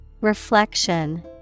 Reflection